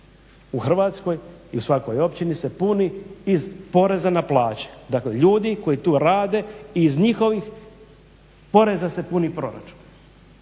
u Hrvatskoj i u svakoj općini se puni iz poreza na plaće. Dakle, ljudi koji tu rade i iz njihovih poreza se puni proračun.